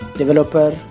developer